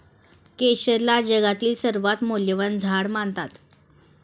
केशरला जगातील सर्वात मौल्यवान झाड मानतात